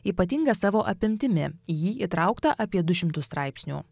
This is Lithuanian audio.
ypatinga savo apimtimi į jį įtraukta apie du šimtus straipsnių